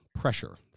Pressure